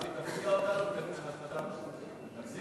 דוד, תפתיע אותנו ותגיד שחזרת בך.